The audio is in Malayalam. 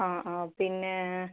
അ ആ പിന്നെ